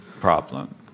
problem